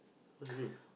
what's the name